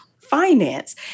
finance